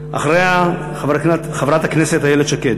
אחריה, חברת הכנסת איילת שקד.